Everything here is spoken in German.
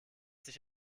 dich